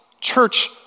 church